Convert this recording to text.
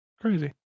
Crazy